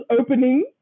opening